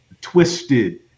twisted